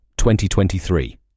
2023